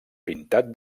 pintat